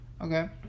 Okay